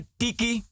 tiki